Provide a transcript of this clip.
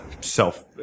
self